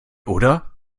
oder